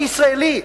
אני ישראלי.